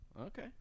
Okay